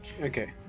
Okay